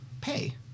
pay